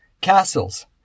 castles